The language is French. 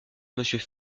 monsieur